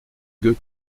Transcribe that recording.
gueux